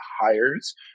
hires